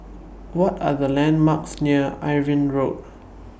What Are The landmarks near Irving Road